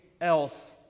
else